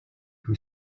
who